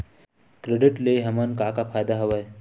Credit ले हमन का का फ़ायदा हवय?